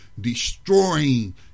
destroying